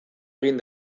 egin